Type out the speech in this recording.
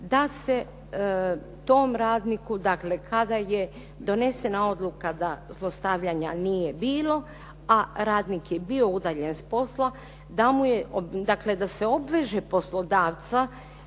da se tom radniku, dakle kada je donesena odluka da zlostavljanja nije bilo, a radnik je bio udaljen s posla, dakle da se obveže poslodavca